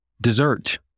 dessert